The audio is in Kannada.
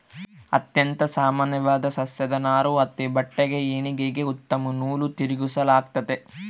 ಅತ್ಯಂತ ಸಾಮಾನ್ಯವಾದ ಸಸ್ಯದ ನಾರು ಹತ್ತಿ ಬಟ್ಟೆಗೆ ಹೆಣಿಗೆಗೆ ಉತ್ತಮ ನೂಲು ತಿರುಗಿಸಲಾಗ್ತತೆ